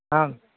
आं